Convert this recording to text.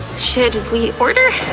should we order?